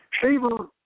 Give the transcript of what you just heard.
Shaver